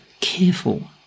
careful